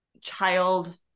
child